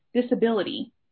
disability